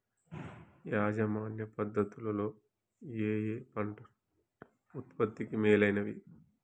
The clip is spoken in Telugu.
యాజమాన్య పద్ధతు లలో ఏయే పంటలు ఉత్పత్తికి మేలైనవి?